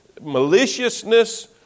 maliciousness